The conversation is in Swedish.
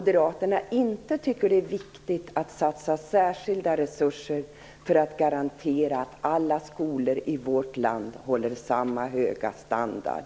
De tycker inte att det är viktigt att satsa särskilda resurser för att garantera att alla skolor i vårt land håller samma höga standard.